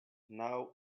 now